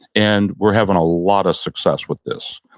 and we're having a lot of success with this.